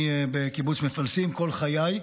אני בקיבוץ מפלסים כל חיי,